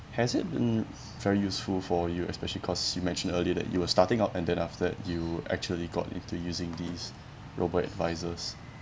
has it in very useful for you especially cause you mentioned earlier that you were starting out and then after that you actually got into using these robot advisors